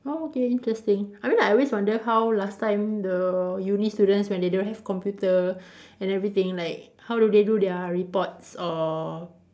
orh okay interesting I mean like I always wonder how last time the uni students when they don't have computer and everything like how do they do their reports or